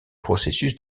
processus